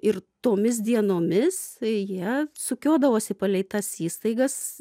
ir tomis dienomis jie sukiodavosi palei tas įstaigas